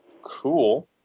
Cool